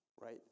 right